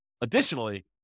additionally